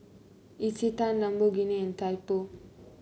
Isetan Lamborghini and Typo